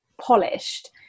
polished